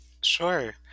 Sure